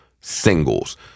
singles